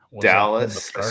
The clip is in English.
Dallas